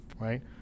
right